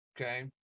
okay